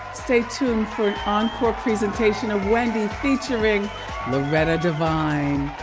stay tuned for an encore presentation of wendy featuring loretta devine.